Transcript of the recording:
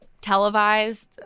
televised